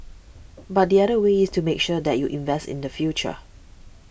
but the other way is to make sure that you invest in the future